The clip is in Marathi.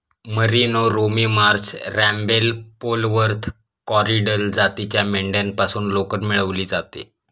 merino, Romney Marsh, Rambouillet, Polwarth, Corriedale जातीच्या मेंढ्यांपासून लोकर मिळवली जाते